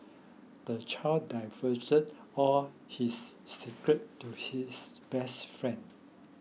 the child divulged all his secret to his best friend